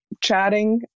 chatting